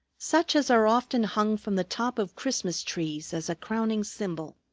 such as are often hung from the top of christmas trees as a crowning symbol.